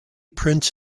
prints